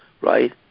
right